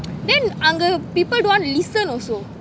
then அங்கு:angu people don't want to listen also